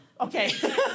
okay